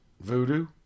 Voodoo